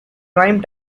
prime